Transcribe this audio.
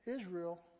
Israel